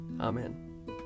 Amen